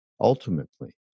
Ultimately